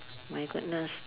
my goodness